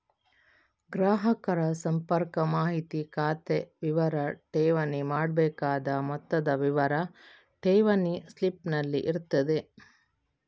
ಗ್ರಾಹಕರ ಸಂಪರ್ಕ ಮಾಹಿತಿ, ಖಾತೆ ವಿವರ, ಠೇವಣಿ ಮಾಡಬೇಕಾದ ಮೊತ್ತದ ವಿವರ ಠೇವಣಿ ಸ್ಲಿಪ್ ನಲ್ಲಿ ಇರ್ತದೆ